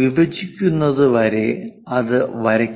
വിഭജിക്കുന്നത് വരെ അത് വരക്കുന്നു